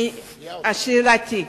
שאלתי: